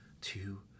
two